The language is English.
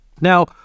Now